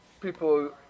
people